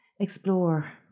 Explore